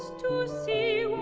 to see